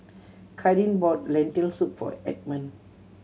Kadin bought Lentil Soup for Edmon